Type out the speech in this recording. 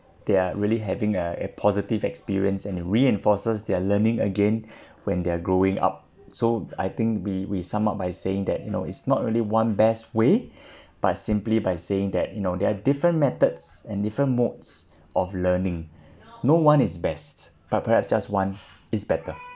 they are really having a a positive experience and reinforces their learning again when they're growing up so I think we we sum up by saying that you know it's not really one best way by simply by saying that you know there are different methods and different modes of learning no one is best but perhaps just one is better